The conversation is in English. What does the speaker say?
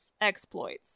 exploits